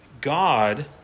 God